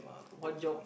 what job